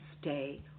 stay